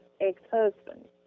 ex-husband